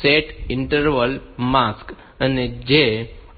set interval mask છે